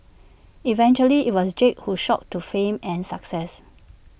eventually IT was Jake who shot to fame and success